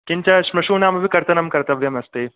किञ्च श्मश्रूणामपि कर्तनं कर्तव्यमस्ति